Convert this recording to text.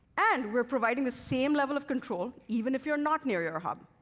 and we're providing the same level of control, even if you're not near your hub.